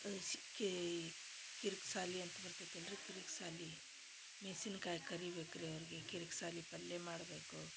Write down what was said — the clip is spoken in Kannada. ಕಿರ್ಗ್ ಸಾಲಿ ಅಂತ ಬರ್ತೈತೆ ಅಲ್ರಿ ಕಿರಗ ಶಾಲಿ ಮೆಸಿನ್ಕಾಯಿ ಕರಿಬೇಕು ರೀ ಅವ್ರ್ಗಿ ಕಿರಗ ಸಾಲಿ ಪಲ್ಯ ಮಾಡಬೇಕು